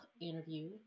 interview